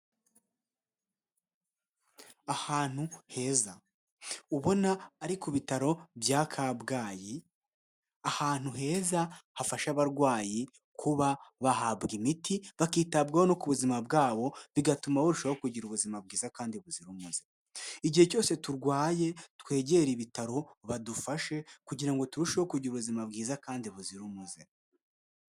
Ahantu heza ubona ari ku bitaro bya Kabgayi ahantu heza hafasha abarwayi kuba bahabwa imiti bakitabwaho no ku buzima bwabo bigatuma barushaho kugira ubuzima bwiza kandi buzira umuze. Igihe cyose turwaye twegere ibitaro badufashe kugira ngo turusheho kugira ubuzima bwiza kandi buzira umuze.